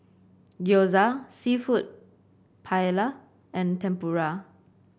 Gyoza seafood Paella and Tempura